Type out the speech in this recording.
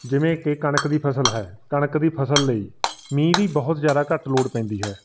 ਜਿਵੇਂ ਕਿ ਕਣਕ ਦੀ ਫਸਲ ਹੈ ਕਣਕ ਦੀ ਫਸਲ ਲਈ ਮੀਂਹ ਦੀ ਬਹੁਤ ਜ਼ਿਆਦਾ ਘੱਟ ਲੋੜ ਪੈਂਦੀ ਹੈ